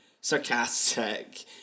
sarcastic